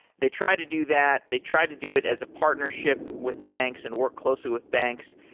they try to do that. they tried to do it as a partnership with banks and work closely with banks,